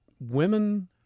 women